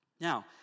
now